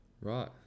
Right